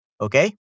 Okay